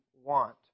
Want